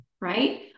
right